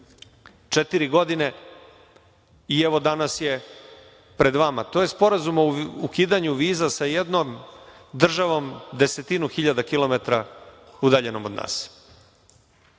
četiri godine i evo danas je pred vama. To je sporazum o ukidanju viza sa jednom državom desetina hiljada kilometara udaljenom od nas.